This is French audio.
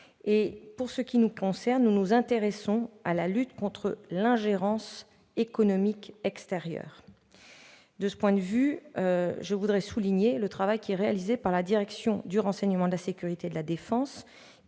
Pour ce qui nous concerne, nous nous intéressons à la lutte contre l'ingérence économique extérieure. De ce point de vue, je veux souligner le travail réalisé par la direction du renseignement et de la sécurité de la défense,